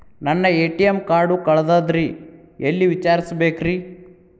ನನ್ನ ATM card ಕಳದದ್ರಿ ಎಲ್ಲಿ ವಿಚಾರಿಸ್ಬೇಕ್ರಿ?